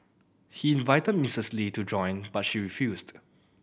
he invited Mistress Lee to join but she refused